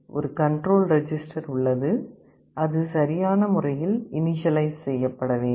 ஒரு control register உள்ளது அது சரியான முறையில் இனிஷியலைஸ் செய்யப்பட வேண்டும்